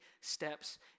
steps